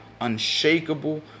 unshakable